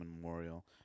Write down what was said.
memorial